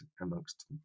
amongst